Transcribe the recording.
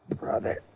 brother